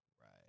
Right